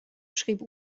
schrieb